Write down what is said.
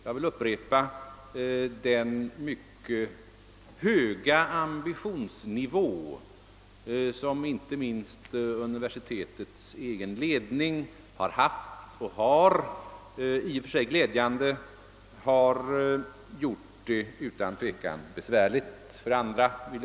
Jag vill upprepa att den mycket höga ambitionsnivå som inte minst universitetets egen ledning har haft och har — i och för sig glädjande — utan tvekan har medfört besvärligheter för de planerande myndigheterna.